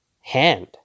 hand